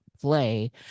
play